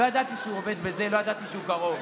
לא ידעתי שהוא עובד בזה, לא ידעתי שהוא קרוב.